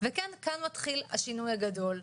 וכן כאן מתחיל השינוי הגדול,